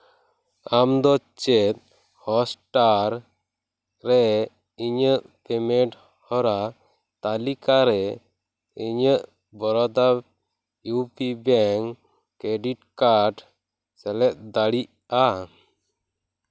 ᱟᱢᱫᱚ ᱪᱮᱫ ᱦᱚᱥᱴᱟᱨ ᱨᱮ ᱤᱧᱟᱹᱜ ᱯᱮᱢᱮᱱᱴ ᱦᱚᱨᱟ ᱛᱟᱞᱤᱠᱟ ᱨᱮ ᱤᱧᱟᱹᱜ Baroda U P bank credit card ᱥᱮᱞᱮᱫ ᱫᱟᱲᱤᱭᱟᱜᱼᱟ